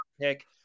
pick